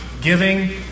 giving